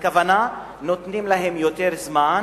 הכוונה, נותנים להם יותר זמן,